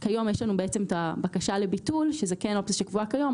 כיום יש לנו את הבקשה לביטול שזאת כן אופציה שקבועה כיום.